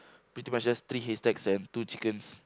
pretty much just three hay stacks and two chickens